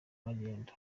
magendu